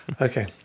Okay